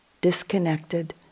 disconnected